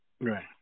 Right